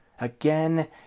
again